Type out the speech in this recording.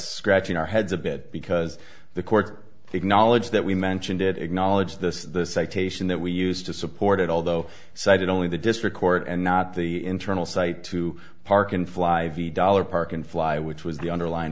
scratching our heads a bit because the court acknowledged that we mentioned it acknowledged the citation that we used to support it although cited only the district court and not the internal cite to park in fly v dollar park and fly which was the underlying